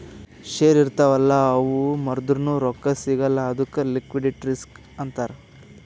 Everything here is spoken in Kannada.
ಶೇರ್ ಇರ್ತಾವ್ ಅಲ್ಲ ಅವು ಮಾರ್ದುರ್ನು ರೊಕ್ಕಾ ಸಿಗಲ್ಲ ಅದ್ದುಕ್ ಲಿಕ್ವಿಡಿಟಿ ರಿಸ್ಕ್ ಅಂತಾರ್